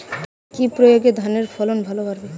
কি প্রয়গে ধানের ফলন বাড়বে?